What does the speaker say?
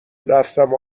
رفتم